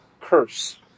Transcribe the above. curse